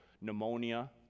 pneumonia